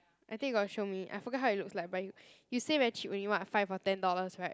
I think you got show me I forgot how it looks like but you you say very cheap only what five or ten dollars [right]